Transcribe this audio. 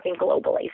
globally